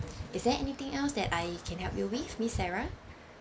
is there anything else that I can help you with miss sarah